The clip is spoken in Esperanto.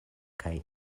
kaj